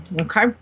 Okay